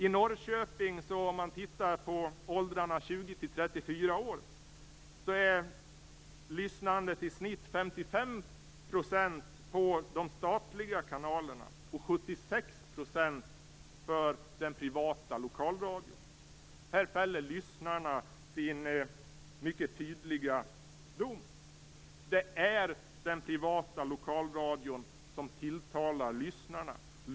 I Norrköping är lyssnandet i åldrarna 20-34 år i genomsnitt 55 % för de statliga kanalerna och 76 % för den privata lokalradion. Här fäller lyssnarna sin mycket tydliga dom. Det är den privata lokalradion som tilltalar lyssnarna.